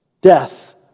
death